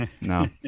No